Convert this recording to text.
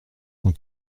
cent